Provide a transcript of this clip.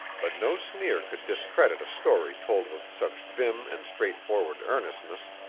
but no sneer could discredit a story told with such vim and straightforward earnestness.